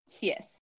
Yes